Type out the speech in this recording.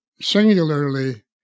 singularly